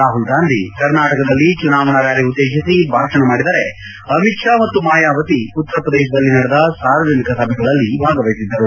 ರಾಹುಲ್ ಗಾಂಧಿ ಕರ್ನಾಟಕದಲ್ಲಿ ಚುನಾವಣಾ ರ್್ಾಲಿ ಉದ್ದೇಶಿಸಿ ಭಾಷಣ ಮಾಡಿದರೆ ಅಮಿತ್ ಷಾ ಮತ್ತು ಮಾಯಾವತಿ ಉತ್ತರ ಪ್ರದೇಶದಲ್ಲಿ ನಡೆದ ಸಾರ್ವಜನಿಕ ಸಭೆಗಳಲ್ಲಿ ಭಾಗವಹಿಸಿದ್ದರು